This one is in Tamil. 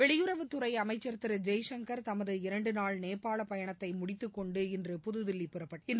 வெளியுறவுத்துறை அமைச்சர் திரு ஜெய்சங்கர் தமது இரண்டுநாள் நேபாள பயணத்தை முடித்துக்கொண்டு இன்று புதுதில்லி புறப்பட்டார்